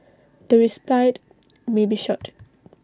the respite may be short